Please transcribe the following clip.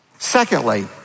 Secondly